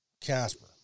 Casper